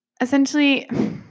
essentially